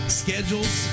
schedules